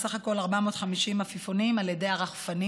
בסך הכול 450 עפיפונים על ידי הרחפנים,